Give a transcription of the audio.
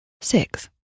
six